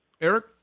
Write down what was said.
Eric